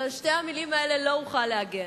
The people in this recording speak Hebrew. אבל על שתי המלים האלה לא אוכל להגן.